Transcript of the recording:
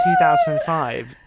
2005